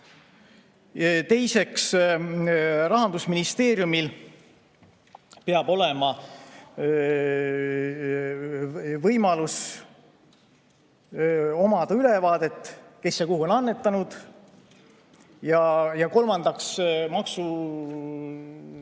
Teiseks, Rahandusministeeriumil peab olema võimalus omada ülevaadet, kes ja kuhu on annetanud. Ja kolmandaks, maksusoodustuse